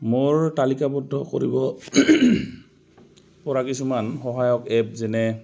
মোৰ তালিকাবদ্ধ কৰিব পৰা কিছুমান সহায়ক এপ যেনে